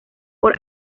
por